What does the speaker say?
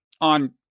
on